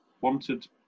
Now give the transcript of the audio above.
wanted